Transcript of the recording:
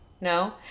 no